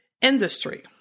industry